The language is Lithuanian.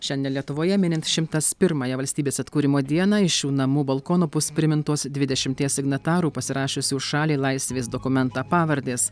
šiandien lietuvoje minint šimtas pirmąją valstybės atkūrimo dieną iš šių namų balkono bus primintos dvidešimties signatarų pasirašiusių šaliai laisvės dokumentą pavardės